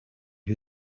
who